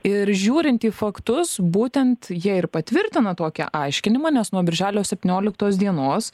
ir žiūrint į faktus būtent jie ir patvirtina tokį aiškinimą nes nuo birželio septynioliktos dienos